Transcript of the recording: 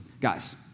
guys